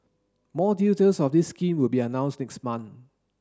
more details of this scheme will be announced next month